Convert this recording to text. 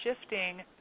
shifting